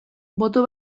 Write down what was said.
boto